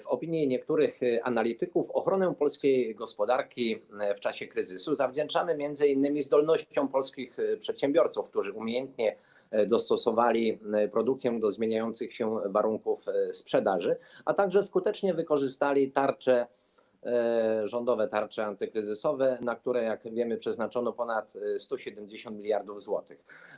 W opinii niektórych analityków ochronę polskiej gospodarki w czasie kryzysu zawdzięczamy m.in. zdolnościom polskich przedsiębiorców, którzy umiejętnie dostosowali produkcję do zmieniających się warunków sprzedaży, a także skutecznie wykorzystali rządowe tarcze antykryzysowe, na które - jak wiemy - przeznaczono ponad 170 mld zł.